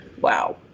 Wow